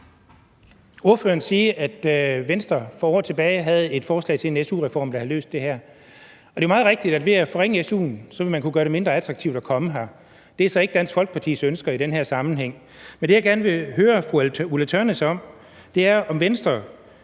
ordføreren sige, at Venstre for år tilbage havde et forslag til en su-reform, der havde løst det her. Og det er meget rigtigt, at ved at forringe su'en vil man kunne gøre det mindre attraktivt at komme her. Det er så ikke Dansk Folkepartis ønske i den her sammenhæng. Det, jeg gerne vil høre fru Ulla Tørnæs om, er, om Venstre